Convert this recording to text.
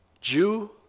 Jew